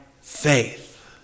faith